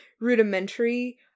rudimentary